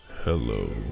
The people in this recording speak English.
Hello